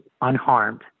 unharmed